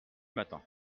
matin